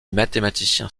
mathématicien